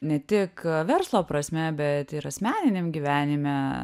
ne tik verslo prasme bet ir asmeniniam gyvenime